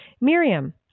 Miriam